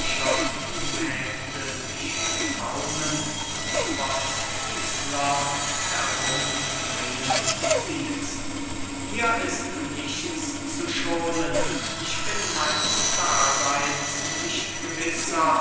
sich mit faunen und bocksfüßlern herumdrehen siehest hier ist nichts zu schonen ich bin meines daseyns nicht gewisser